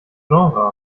genre